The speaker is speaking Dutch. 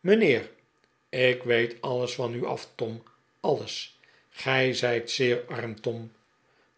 mijnheer ik weet alles van u af tom alles gij zijt zeer arm tom